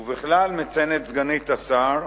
ובכלל, מציינת סגנית השר,